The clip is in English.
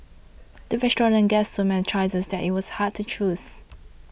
the restaurant gave so many choices that it was hard to choose